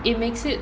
it makes it